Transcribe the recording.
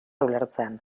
ulertzean